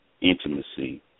intimacy